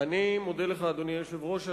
אדוני היושב-ראש,